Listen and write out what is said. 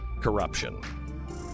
corruption